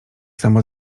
samo